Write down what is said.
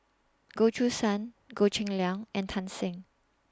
Goh Choo San Goh Cheng Liang and Tan Shen